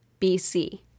BC